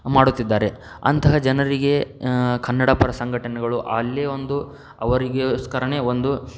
ಮಾಡುತ್ತಿದ್ದಾರೆ ಅಂತಹ ಜನರಿಗೆ ಕನ್ನಡ ಪರ ಸಂಘಟನೆಗಳು ಅಲ್ಲಿಯೇ ಒಂದು ಅವರಿಗೋಸ್ಕರನೇ ಒಂದು